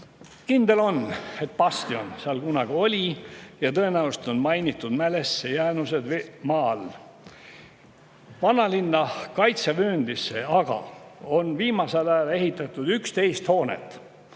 Kindel on, et bastion seal kunagi oli ja tõenäoliselt on mainitud mälestise jäänused maa all. Vanalinna kaitsevööndisse aga on viimasel ajal ehitatud 11 hoonet,